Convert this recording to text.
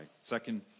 Second